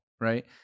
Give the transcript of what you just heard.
right